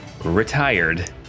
Retired